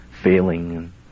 failing